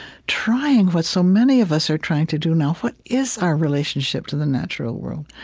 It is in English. trying what so many of us are trying to do now. what is our relationship to the natural world?